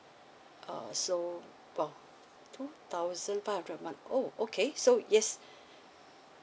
uh so oh two thousand five hundred month oh okay so yes